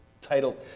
title